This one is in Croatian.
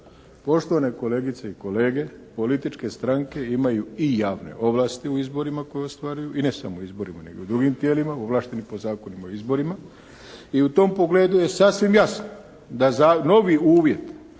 Poštovane kolegice i kolege političke stranke imaju i javne ovlasti u izborima koje ostvaruju i ne samo izborima nego i drugim tijelima ovlašteni po Zakonu o izborima i u tom pogledu je sasvim jasno da novi uvjet